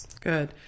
Good